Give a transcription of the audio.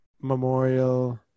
Memorial